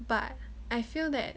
but I feel that